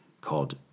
called